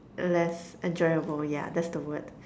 less enjoyable yeah that's the word